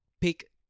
pick